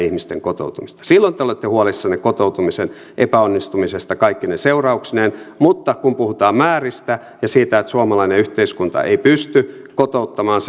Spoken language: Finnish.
ihmisten kotoutumista silloin te te olette huolissanne kotoutumisen epäonnistumisesta kaikkine seurauksineen mutta kun puhutaan määristä ja siitä että suomalainen yhteiskunta ei pysty kotouttamaan